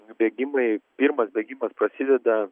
bėgimai pirmas bėgimas prasideda